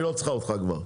היא לא צריכה אותך כבר.